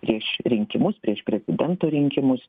prieš rinkimus prieš prezidento rinkimus